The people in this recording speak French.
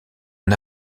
n’a